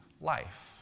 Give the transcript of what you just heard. life